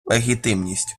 легітимність